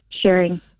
sharing